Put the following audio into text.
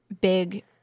big